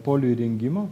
polių įrengimo